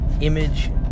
image